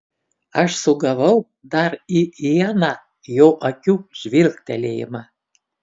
aš sugavau dar į ieną jo akių žvilgtelėjimą